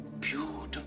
beautiful